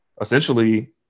essentially